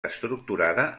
estructurada